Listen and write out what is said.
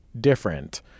different